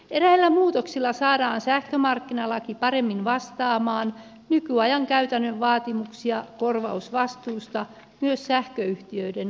eräillä muutoksilla saadaan sähkömarkkinalaki paremmin vastaamaan nykyajan käytännön vaatimuksia korvausvastuista myös sähköyhtiöiden osalta